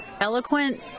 eloquent